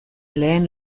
lehen